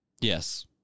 Yes